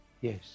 Yes